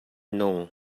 nung